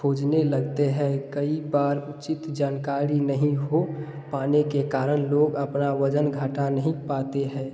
खोजने लगते हैं कई बार उचित जानकारी नहीं हो पाने के कारण लोग अपना वजन घटा नहीं पाते है